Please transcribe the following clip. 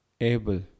able